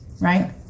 Right